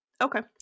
okay